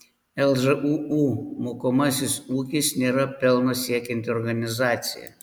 lžūu mokomasis ūkis nėra pelno siekianti organizacija